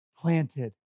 planted